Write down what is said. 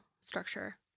structure